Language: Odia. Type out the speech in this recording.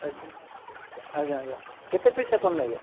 ଆଜ୍ଞା ଆଜ୍ଞା ଆଜ୍ଞା କେତେ ପିସ୍ ଆପଣ ନେବେ